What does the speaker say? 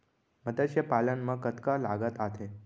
मतस्य पालन मा कतका लागत आथे?